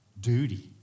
duty